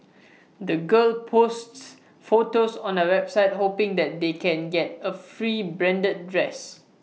the girls posts photos on A website hoping that they can get A free branded dress